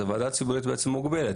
אז הוועדה הציבורית בעצם מוגבלת,